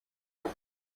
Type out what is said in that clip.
city